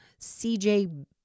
CJ